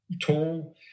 tall